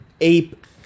ape